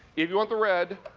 if you want the red,